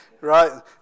Right